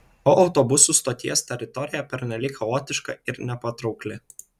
o autobusų stoties teritorija pernelyg chaotiška ir nepatraukli